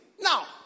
Now